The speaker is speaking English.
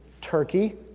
turkey